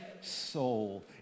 soul